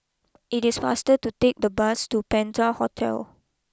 it is faster to take the bus to Penta Hotel